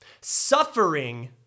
suffering